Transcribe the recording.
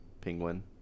Penguin